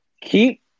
keep